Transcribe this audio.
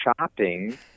shopping